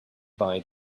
bye